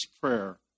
prayer